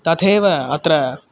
तदेव अत्र